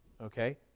okay